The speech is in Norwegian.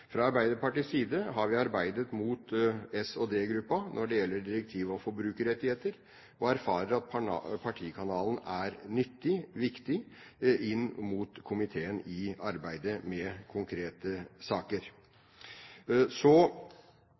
Fra Arbeiderpartiets side har vi arbeidet mot S&D-gruppen når det gjelder direktivet og forbrukerrettigheter, og erfarer at partikanalen er nyttig og viktig inn mot komiteen i arbeidet med konkrete saker. Så